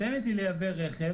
היא נותנת לי לייבא רכב